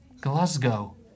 Glasgow